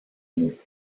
mots